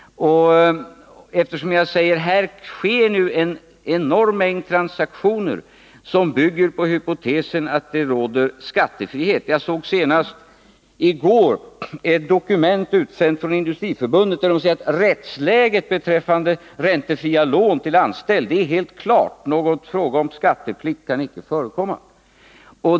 Här sker nu en enorm mängd transaktioner som bygger på hypotesen att det råder skattefrihet. Jag såg senast i går ett dokument utsänt från Industriförbundet, där man säger att rättsläget beträffande räntefria lån till anställd är helt klart — någon fråga om skatteplikt kan inte förekomma.